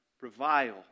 revile